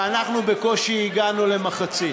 ואנחנו בקושי הגענו למחצית.